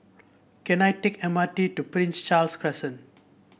can I take M R T to Prince Charles Crescent